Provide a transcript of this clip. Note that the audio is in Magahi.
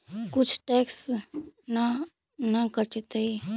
कुछ टैक्स ना न कटतइ?